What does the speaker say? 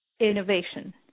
Innovation